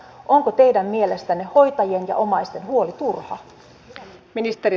onko teidän mielestänne hoitajien ja omaisten huoli turha